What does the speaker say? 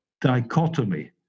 dichotomy